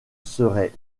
serait